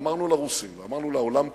ואמרנו לרוסים ואמרנו לעולם כולו,